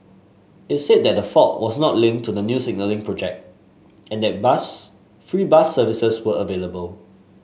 it said that the fault was not linked to the new signalling project and that bus free bus services were available